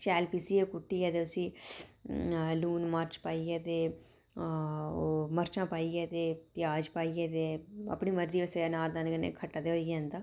शैल पीसियै कुट्टियै ते उसी लून मर्च पाइयै ते ओह् मर्चां पाइयै ते प्याज पाइयै ते अपनी मर्जी वैसे अनारदानै कन्नै खट्टा ते होई गै जंदा